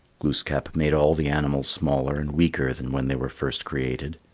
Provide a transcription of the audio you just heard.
glooskap made all the animals smaller and weaker than when they were first created.